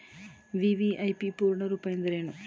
VVIP ಪೂರ್ಣ ರೂಪ ಎಂದರೇನು?